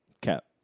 Cap